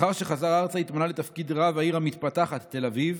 לאחר שחזר ארצה התמנה לתפקיד רב העיר המתפתחת תל אביב,